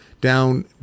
down